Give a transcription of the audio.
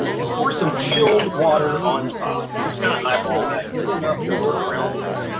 and pour some chilled water on top, and just kind of eyeball that, give it enough to work around them.